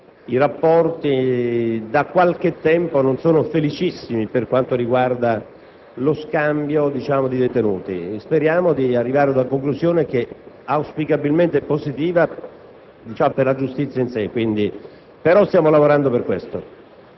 I rapporti da qualche tempo non sono felicissimi per quanto riguarda lo scambio di detenuti; speriamo di arrivare ad una conclusione che auspicabilmente sia positiva per la giustizia in sé. Stiamo lavorando per questo.